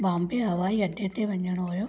बॉम्बे हवाईअडे ते वञणो हुओ